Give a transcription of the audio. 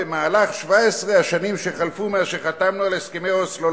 במהלך 17 השנים שחלפו מאז שחתמנו על הסכמי אוסלו,